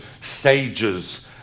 sages